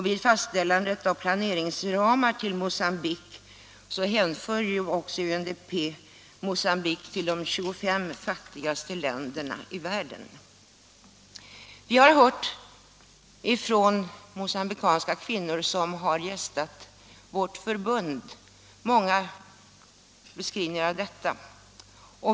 Vid fastställande av planeringsramar till Mogambique hänför UNDP också Mogambique till de 25 fattigaste länderna i världen. Vi har hört många beskrivningar av detta av mogambikanska kvinnor som gästat vårt förbund.